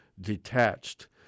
detached